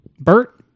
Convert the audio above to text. Bert